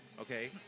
okay